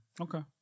Okay